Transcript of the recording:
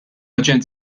aġent